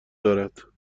دارد